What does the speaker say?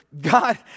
God